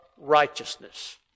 righteousness